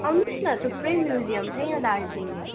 आउनु होस् न थुप्रै म्युजियम छ यहाँ दार्जिलिङमा